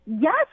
yes